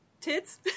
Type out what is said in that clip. tits